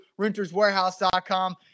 RentersWarehouse.com